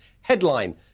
headline